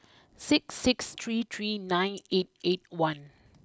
six six three three nine eight eight one